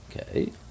Okay